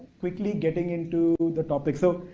quickly getting into the topic. so,